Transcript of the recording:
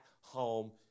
home